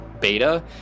beta